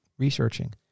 researching